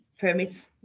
permits